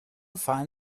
find